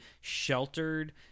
sheltered